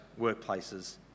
workplaces